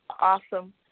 awesome